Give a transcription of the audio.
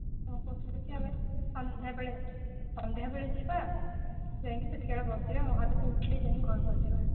ସନ୍ଧ୍ୟାବେଳେ ଯିବା ଯାଇକି ସେଇଠି ବସିବା ମହାଦୀପ ଉଠିଲେ ଯାଇକି ଘରକୁ ଆସିବା